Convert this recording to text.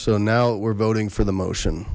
so now we're voting for the motion